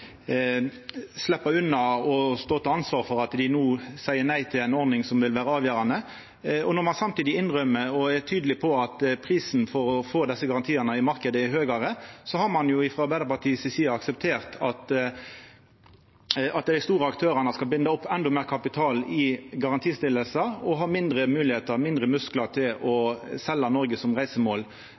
sleppa unna å stå til ansvar for at dei no seier nei til ei ordning som vil vera avgjerande. Når ein samtidig innrømmer og er tydeleg på at prisen for å få desse garantiane i marknaden, er høgare, har ein frå Arbeidarpartiet si side akseptert at dei store aktørane skal binda opp endå meir kapital i å stilla garantiar og ha mindre moglegheiter og mindre musklar til å selja Noreg som reisemål.